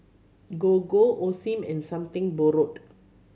Gogo Osim and Something Borrowed